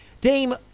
Dame